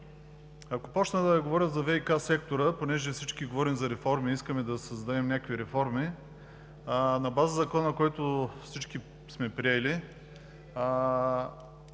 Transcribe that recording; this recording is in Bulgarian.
Ако започна да Ви говоря за ВиК сектора, понеже всички говорим за реформи, искаме да създадем някакви реформи на база Закона, който всички сме приели.